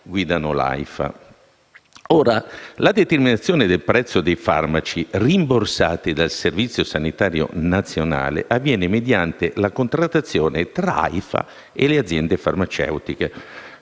la determinazione del prezzo dei farmaci rimborsati dal Servizio sanitario nazionale avviene mediante la contrattazione tra l'Aifa e le aziende farmaceutiche